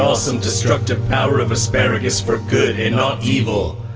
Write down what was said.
awesome destructive power of asparagus for good and not evil.